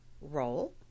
role